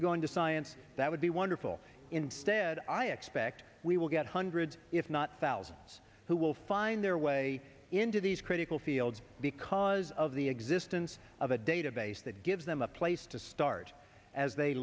to go into science that would be wonderful instead i expect we will get hundreds if not thousands who will find their way into these critical fields because of the existence of a database that gives them a place to start as they